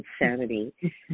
insanity